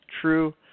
true